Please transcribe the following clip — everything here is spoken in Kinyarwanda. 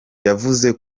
yavuze